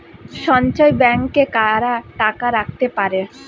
সঞ্চয় ব্যাংকে কারা টাকা রাখতে পারে?